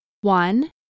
one